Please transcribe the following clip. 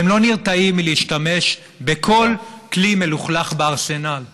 והם לא נרתעים מלהשתמש בכל כלי מלוכלך בארסנל,